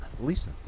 Lisa